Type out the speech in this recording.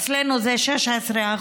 אצלנו זה 16%,